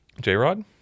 J-Rod